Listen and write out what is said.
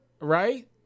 Right